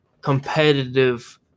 competitive